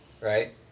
Right